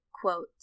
quote